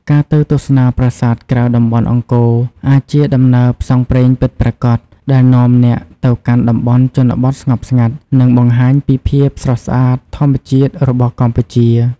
ការទៅទស្សនាប្រាសាទក្រៅតំបន់អង្គរអាចជាដំណើរផ្សងព្រេងពិតប្រាកដ ដែលនាំអ្នកទៅកាន់តំបន់ជនបទស្ងប់ស្ងាត់ និងបង្ហាញពីភាពស្រស់ស្អាតធម្មជាតិរបស់កម្ពុជា។